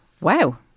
Wow